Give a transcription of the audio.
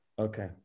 Okay